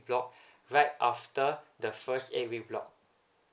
block right after the first eight week block